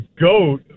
GOAT